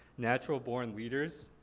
natural born leaders,